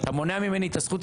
אתה מונע ממני את הזכות הזאת.